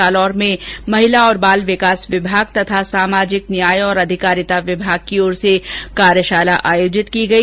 जालौर में महिला और बाल विकास विभाग तथा सामाजिक न्याय और अधिकारिता विभाग की ओर से कार्यशाला आयोजित की गई